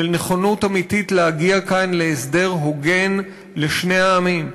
של נכונות אמיתית להגיע כאן להסדר הוגן לשני העמים,